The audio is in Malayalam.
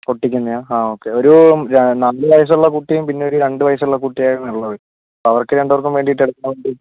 ഒട്ടിക്കുന്നതോ ആ ഓക്കേ ഒരു നാല് വയസുള്ള കുട്ടിയും പിന്നെ ഒരു രണ്ട് വയസുള്ള കുട്ടിയാണ് ഉള്ളത് അവർക്ക് രണ്ടുപേർക്കും വേണ്ടിയിട്ട് എടുക്കുന്നതുകൊണ്ട്